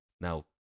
Now